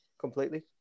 completely